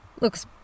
Looks